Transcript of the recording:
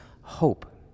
hope